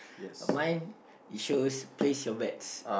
but mine it shows place your bets